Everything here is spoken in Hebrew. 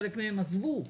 חלק מהן עזבו,